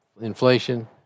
Inflation